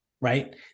Right